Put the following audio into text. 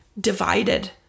divided